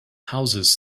houses